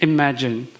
Imagine